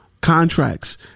contracts